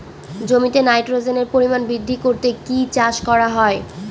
জমিতে নাইট্রোজেনের পরিমাণ বৃদ্ধি করতে কি চাষ করা হয়?